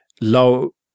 low